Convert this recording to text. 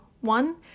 one